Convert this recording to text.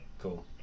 Cool